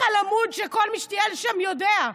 בנחל עמוד, שכל מי שמטייל בו יודע,